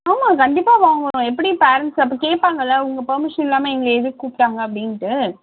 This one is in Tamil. ஆமாம் கண்டிப்பாக வாங்கணும் எப்படி பேரெண்ட்ஸ் அப்போ கேட்பாங்கல்ல உங்கள் பெர்மிஷன் இல்லாமல் எங்களை எதுக்கு கூப்பிட்டாங்க அப்படின்ட்டு